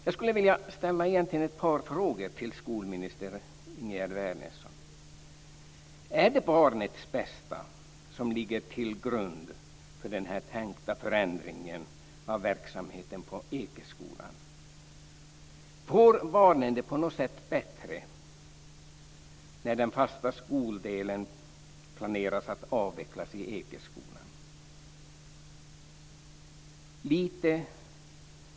Jag skulle egentligen vilja ställa ett par frågor till skolminister Ingegerd Wärnersson. Är det barnets bästa som ligger till grund för den tänkta förändringen av verksamheten på Ekeskolan? Får barnen det på något sätt bättre när man planerar att avveckla den fasta skoldelen i Ekeskolan?